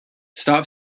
stop